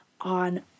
on